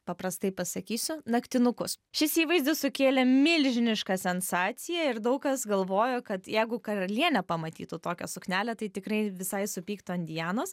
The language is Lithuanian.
paprastai pasakysiu naktinukus šis įvaizdis sukėlė milžinišką sensaciją ir daug kas galvojo kad jeigu karalienė pamatytų tokią suknelę tai tikrai visai supyktų ant dianos